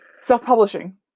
self-publishing